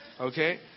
okay